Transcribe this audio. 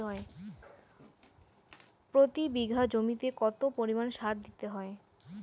প্রতি বিঘা জমিতে কত পরিমাণ সার দিতে হয়?